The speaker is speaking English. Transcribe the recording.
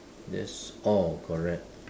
that's all correct